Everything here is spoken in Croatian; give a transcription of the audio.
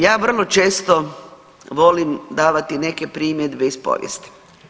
Ja vrlo često volim davati neke primjedbe iz povijesti.